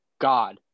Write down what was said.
God